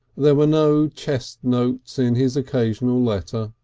there were no chest notes in his occasional letters,